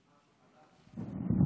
לשאלת חברי הכנסת, כולם מסמסים לי, אני מודיע